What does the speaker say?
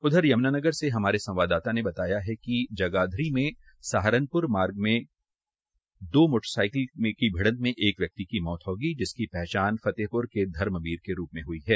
उधर यमुनानगर से हमारे संवाददाता ने बताया कि जगाधरी में सहारनपुर मार्ग में दो मोटरसाईकिल की भिड़त में एक व्यक्ति की मौत हो गई जिसकी पहचान फतेहपुर के धर्मबीर के रूप में हई है